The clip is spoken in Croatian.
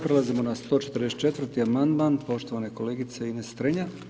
Prelazimo na 144. amandman poštovane kolegice Ines Strenja.